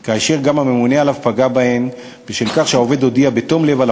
גם כאשר הממונה עליו פגע בהן בשל כך שהעובד הודיע בתום לב על